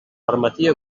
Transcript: permetia